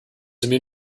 immune